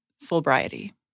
Sobriety